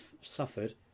suffered